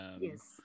Yes